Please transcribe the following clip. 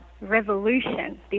revolution